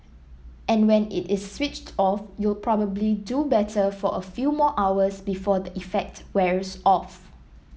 and when it is switched off you'll probably do better for a few more hours before the effect wears off